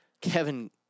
Kevin